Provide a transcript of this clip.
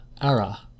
Ara